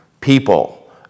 people